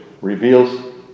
reveals